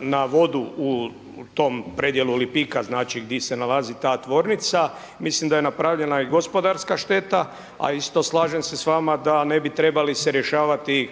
na vodu u tom predjelu Lipika, znači gdje se nalazi ta tvornica. Mislim da je napravljena i gospodarska šteta, a isto slažem se sa vama da ne bi trebali se rješavati